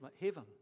heaven